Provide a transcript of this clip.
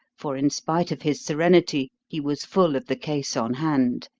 for in spite of his serenity he was full of the case on hand,